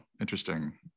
interesting